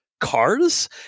Cars